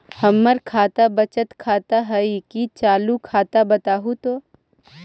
हमर खतबा बचत खाता हइ कि चालु खाता, बताहु तो?